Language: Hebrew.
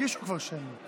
הגישו כבר שמית.